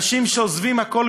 אנשים שעוזבים הכול,